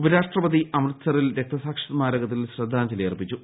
ഉപരാഷ്ട്രപതി അമൃത്സറിൽ രക്തസാക്ഷി സ്മാരകത്തിൽ ശ്രദ്ധാ ഞ്ജലി അർപ്പിച്ചു